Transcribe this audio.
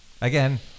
Again